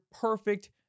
perfect